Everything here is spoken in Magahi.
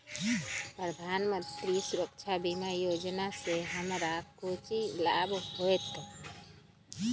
प्रधानमंत्री सुरक्षा बीमा योजना से हमरा कौचि लाभ होतय?